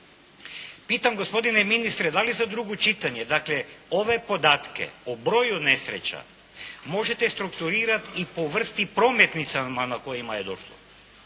Pitam gospodine ministre, da li za drugo čitanje, dakle, ove podatke o broju nesreća možete strukturirati i po vrsti prometnica na kojima je došlo,